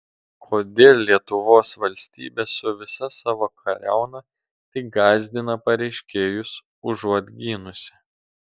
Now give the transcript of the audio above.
kodėl lietuvos valstybė su visa savo kariauna tik gąsdina pareiškėjus užuot gynusi